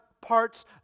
parts